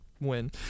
win